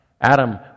Adam